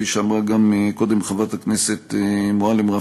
כפי שאמרה קודם גם חברת הכנסת מועלם-רפאלי,